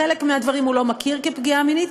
בחלק מהדברים הוא לא מכיר כפגיעה מינית,